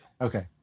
Okay